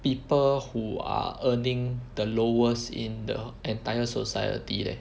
people who are earning the lowest in the entire society leh